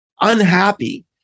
unhappy